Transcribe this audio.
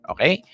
Okay